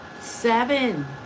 seven